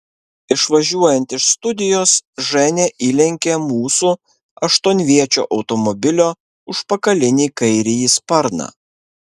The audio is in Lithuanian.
išvažiuojant iš studijos ženia įlenkė mūsų aštuonviečio automobilio užpakalinį kairįjį sparną